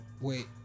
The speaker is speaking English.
Wait